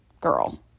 girl